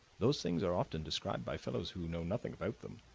those things are often described by fellows who know nothing about them.